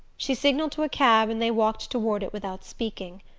she signalled to a cab and they walked toward it without speaking.